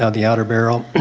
ah the outer barrel.